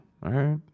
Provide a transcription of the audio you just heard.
right